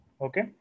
Okay